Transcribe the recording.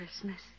christmas